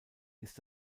ist